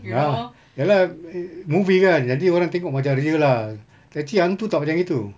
ya ya lah movie kan jadi orang tengok macam real lah actually hantu tak macam gitu